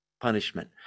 punishment